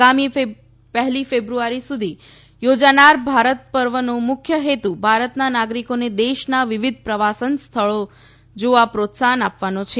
આગામી પહેલી ફેબ્રુઆરી સુધી યોજાનાર ભારત પર્વનો મુખ્ય હેતુ ભારતના નાગરિકોને દેશના વિવિધ પ્રવાસન સ્થળો જોવા પ્રોત્સાહન આપવાનો છે